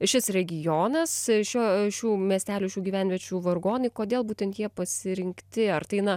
šis regionas šio šių miestelių šių gyvenviečių vargonai kodėl būtent jie pasirinkti ar tai na